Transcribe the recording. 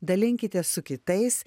dalinkitės su kitais